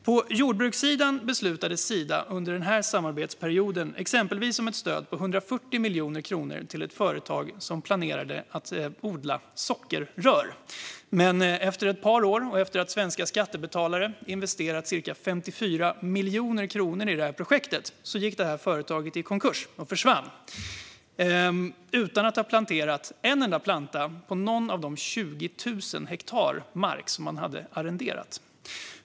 På jordbrukssidan beslutade Sida under samarbetsperioden exempelvis om ett stöd på 140 miljoner kronor till ett företag som planerade att odla sockerrör. Men efter ett par år och efter att svenska skattebetalare investerat ca 54 miljoner kronor i projektet gick företaget i konkurs och försvann, utan att ha planterat en enda planta på någon av de 20 000 hektar mark som de hade arrenderat.